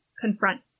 confront